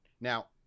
Now